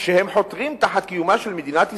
כשהם חותרים תחת קיומה של מדינת ישראל?